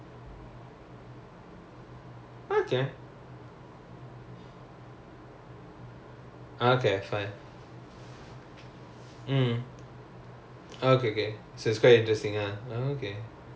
actually enjoying psychology more lah ya because I'm interested in neuroscience ya so like both like is a is a marriage lah so it's quite nice ah ya